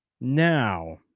Now